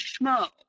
Schmo